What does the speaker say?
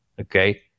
okay